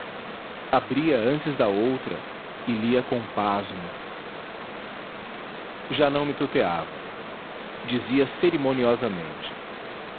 abri-a antes da outra e li a com pasmo já me não tuteava dizia cerimoniosamente